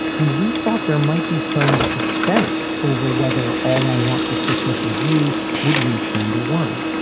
and we thought there might be some suspense over whether all i want for christmas is you would reach number one.